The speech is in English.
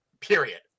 period